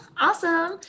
Awesome